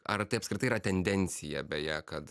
ar tai apskritai yra tendencija beje kad